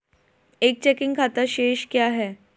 एक चेकिंग खाता शेष क्या है?